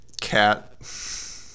Cat